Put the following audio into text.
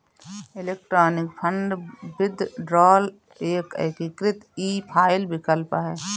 electronic fund withdrawal एक एकीकृत e file विकल्प है